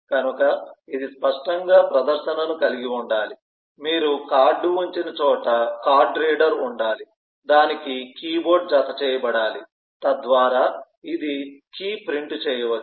కనుక ఇది స్పష్టంగా ప్రదర్శనను కలిగి ఉండాలి మీరు కార్డ్ ఉంచిన చోట కార్డ్ రీడర్ ఉండాలి దానికి కీ బోర్డు జతచేయబడాలి తద్వారా ఇది కీ ప్రింట్ చేయవచ్చు